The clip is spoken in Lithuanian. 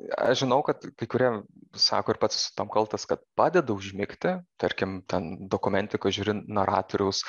aš žinau kad kai kurie sako ir pats tuom kaltas kad padeda užmigti tarkim ten dokumentikos žiūrint oratoriaus